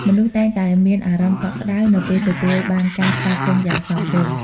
មនុស្សតែងតែមានអារម្មណ៍កក់ក្តៅនៅពេលទទួលបានការស្វាគមន៍យ៉ាងសមរម្យ។